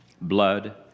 blood